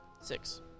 Six